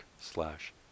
slash